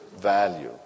value